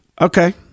Okay